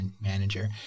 manager